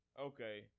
Okay